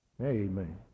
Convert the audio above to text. Amen